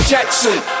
Jackson